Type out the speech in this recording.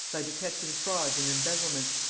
by detecting frauds and embezzlements,